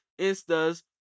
instas